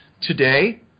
Today